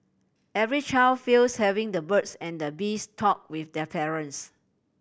every child fears having the birds and the bees talk with their parents